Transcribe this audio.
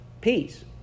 Peace